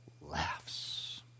laughs